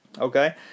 Okay